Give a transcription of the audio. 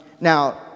Now